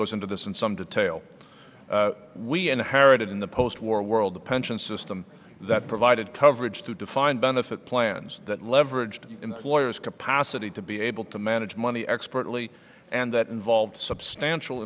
goes into this in some detail we inherited in the post war world the pension system that provided coverage to defined benefit plans that leveraged employers capacity to be able to manage money expertly and that involved substantial